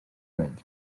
vell